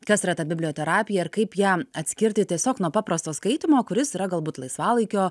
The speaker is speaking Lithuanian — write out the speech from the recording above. kas yra ta biblioterapija kaip ją atskirti tiesiog nuo paprasto skaitymo kuris yra galbūt laisvalaikio